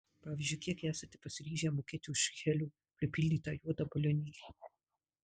pavyzdžiui kiek esate pasiryžę mokėti už helio pripildytą juodą balionėlį